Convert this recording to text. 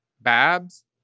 Babs